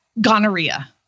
Gonorrhea